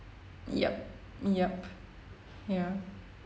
yup yup ya